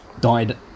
died